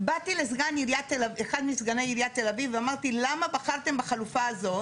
באתי לאחד מסגני עיריית תל אביב ואמרתי למה בחרתם בחלופה הזאת?